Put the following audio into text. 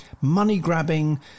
money-grabbing